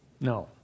No